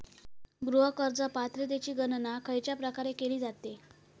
गृह कर्ज पात्रतेची गणना खयच्या प्रकारे केली जाते?